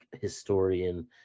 historian